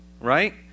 right